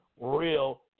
real